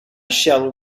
shall